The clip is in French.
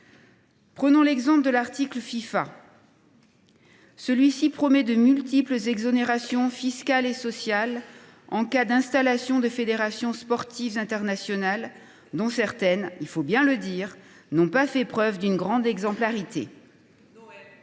Prenons l’exemple de l’article relatif à la Fifa. Celui ci promet de multiples exonérations fiscales et sociales en cas d’installation de fédérations sportives internationales, dont certaines – il faut bien le dire – n’ont pas fait preuve d’une grande exemplarité.